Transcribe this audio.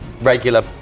regular